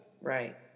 Right